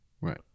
Right